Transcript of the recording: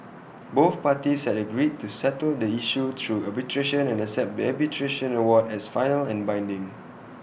both parties had agreed to settle the issue through arbitration and accept the arbitration award as final and binding